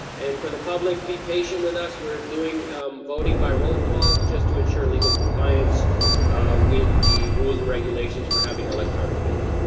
and for the public, be patient with us. we're doing voting by roll call, just to ensure legal compliance with the rules and regulations for having an electronic meeting.